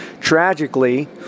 Tragically